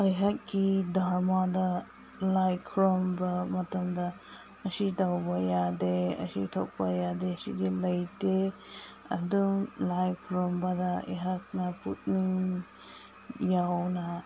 ꯑꯩꯍꯥꯛꯀꯤ ꯙꯔꯃꯗ ꯂꯥꯏ ꯈꯣꯏꯔꯨꯝꯕ ꯃꯇꯝꯗ ꯑꯁꯤ ꯇꯧꯕ ꯌꯥꯗꯦ ꯑꯁꯤ ꯊꯣꯛꯄ ꯌꯥꯗꯦ ꯁꯤꯗꯤ ꯂꯩꯇꯦ ꯑꯗꯨꯝ ꯂꯥꯏ ꯈꯣꯏꯔꯨꯝꯕꯗ ꯑꯩꯍꯥꯛꯅ ꯄꯨꯛꯅꯤꯡ ꯌꯥꯎꯅ